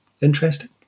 Interesting